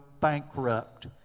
bankrupt